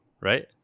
right